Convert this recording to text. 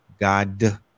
God